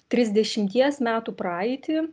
trisdešimties metų praeitį